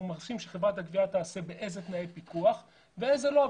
רוצים שחברת הגבייה תבצע ובאלו תנאי פיקוח ואיזה לא.